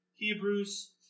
Hebrews